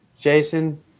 Jason